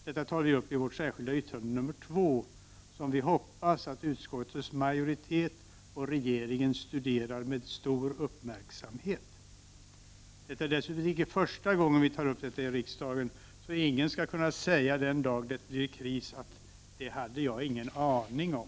Detta tar vi upp i vårt särskilda yttrande nr 2, som vi hoppas att utskottets majoritet och regeringen studerar med stor uppmärksamhet. Det är dessutom icke första gången som vi tar upp detta i riksdagen, så ingen skall kunna säga den dag det blir kris, att ”det hade jag ingen aning om”.